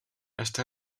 està